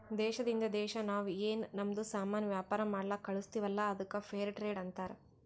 ದೇಶದಿಂದ್ ದೇಶಾ ನಾವ್ ಏನ್ ನಮ್ದು ಸಾಮಾನ್ ವ್ಯಾಪಾರ ಮಾಡ್ಲಕ್ ಕಳುಸ್ತಿವಲ್ಲ ಅದ್ದುಕ್ ಫೇರ್ ಟ್ರೇಡ್ ಅಂತಾರ